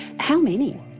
how many?